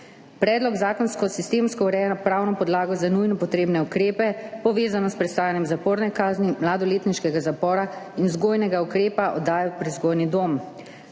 Predlog zakonsko, sistemsko ureja pravno podlago za nujno potrebne ukrepe, povezano s prestajanjem zaporne kazni mladoletniškega zapora in vzgojnega ukrepa oddaje v prevzgojni dom.